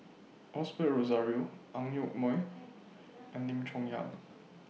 Osbert Rozario Ang Yoke Mooi and Lim Chong Yah